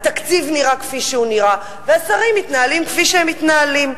התקציב נראה כפי שהוא נראה והשרים מתנהלים כפי שהם מתנהלים.